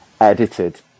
edited